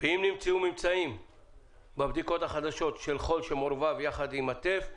אם נמצאו ממצאים בבדיקות החדשות של חול שמעורבב יחד עם הטף.